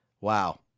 wow